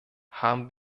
haben